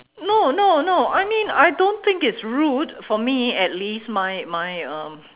no no no I mean I don't think it's rude for me at least my my um